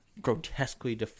grotesquely –